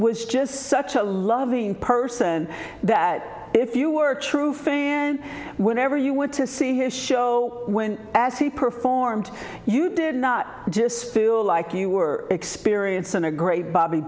was just such a loving person that if you were true finn whenever you want to see his show win as he performed you did not just feel like you were experiencing a great bobby